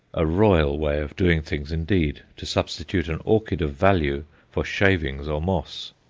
a royal way of doing things indeed to substitute an orchid of value for shavings or moss,